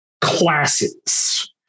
classes